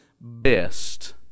best